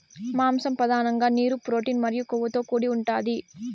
మాంసం పధానంగా నీరు, ప్రోటీన్ మరియు కొవ్వుతో కూడి ఉంటాది